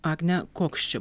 agne koks čia